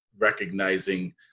recognizing